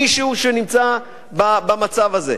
מישהו שנמצא במצב הזה.